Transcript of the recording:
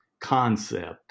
concept